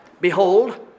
Behold